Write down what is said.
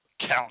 Count